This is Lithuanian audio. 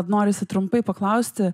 norisi trumpai paklausti